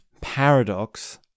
paradox